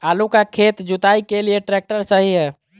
आलू का खेत जुताई के लिए ट्रैक्टर सही है?